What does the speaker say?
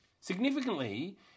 Significantly